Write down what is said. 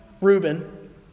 Reuben